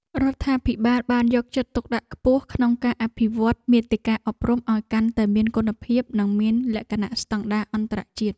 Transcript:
រដ្ឋាភិបាលបានយកចិត្តទុកដាក់ខ្ពស់ក្នុងការអភិវឌ្ឍន៍មាតិកាអប់រំឱ្យកាន់តែមានគុណភាព និងមានលក្ខណៈស្តង់ដារអន្តរជាតិ។